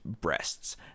breasts